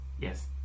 Yes